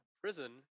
Prison